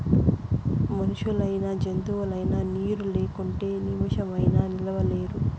మనుషులైనా జంతువులైనా నీరు లేకుంటే నిమిసమైనా నిలువలేరు